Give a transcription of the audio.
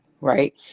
right